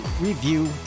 review